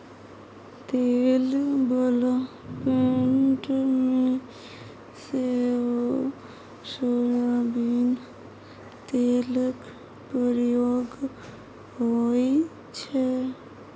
तेल बला पेंट मे सेहो सोयाबीन तेलक प्रयोग होइ छै